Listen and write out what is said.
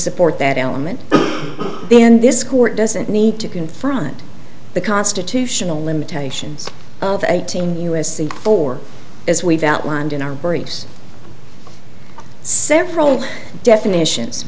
support that element then this court doesn't need to confront the constitutional limitations of eighteen u s c four as we've outlined in our briefs several definitions